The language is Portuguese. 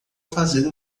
fazer